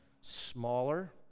smaller